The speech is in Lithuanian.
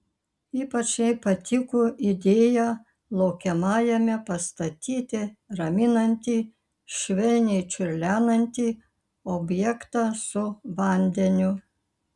ypač jai patiko idėja laukiamajame pastatyti raminantį švelniai čiurlenantį objektą su vandeniu